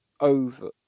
over